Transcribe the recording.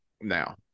now